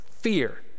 fear